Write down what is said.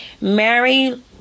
Mary